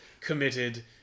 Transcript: committed